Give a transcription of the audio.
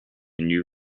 new